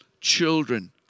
children